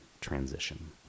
transition